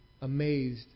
amazed